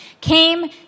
came